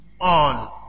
on